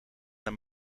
naar